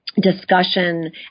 Discussion